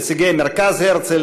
חברי מרכז הרצל,